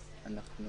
אנחנו